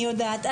אני יודעת.